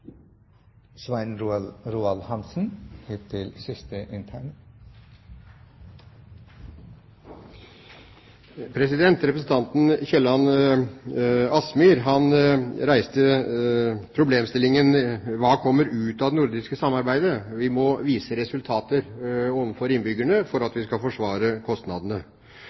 Representanten Kielland Asmyhr reiste problemstillingen: Hva kommer ut av det nordiske samarbeidet? Vi må vise resultater overfor innbyggerne for at vi skal forsvare kostnadene.